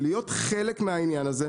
להיות חלק מהעניין הזה,